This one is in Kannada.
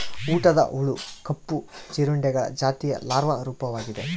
ಊಟದ ಹುಳು ಕಪ್ಪು ಜೀರುಂಡೆಗಳ ಜಾತಿಯ ಲಾರ್ವಾ ರೂಪವಾಗಿದೆ